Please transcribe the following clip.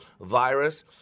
virus